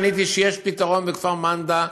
עניתי שיש פתרון בכפר מנדא,